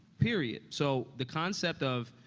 period. so, the concept of,